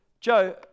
Joe